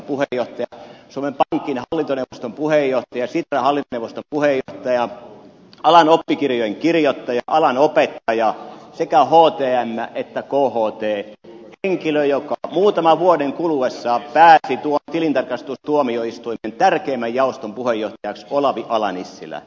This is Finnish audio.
eduskunnan pitkäaikainen jäsen valtiovarainvaliokunnan puheenjohtaja suomen pankin hallintoneuvoston puheenjohtaja sitran hallintoneuvoston puheenjohtaja alan oppikirjojen kirjoittaja alan opettaja sekä htm että kht henkilö joka muutaman vuoden kuluessa pääsi tuon tilintarkastustuomioistuimen tärkeimmän jaoston puheenjohtajaksi olavi ala nissilä